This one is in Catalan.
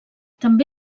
també